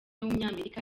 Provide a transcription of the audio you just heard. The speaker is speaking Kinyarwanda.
w’umunyamerika